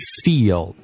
feel